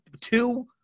two